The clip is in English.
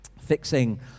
Fixing